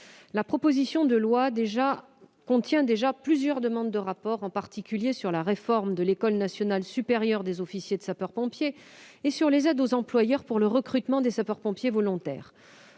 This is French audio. La proposition de loi contient déjà plusieurs demandes de rapport, en particulier à propos de la réforme de l'École nationale supérieure des officiers de sapeurs-pompiers et des aides aux employeurs pour le recrutement de sapeurs-pompiers volontaires.